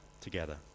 Together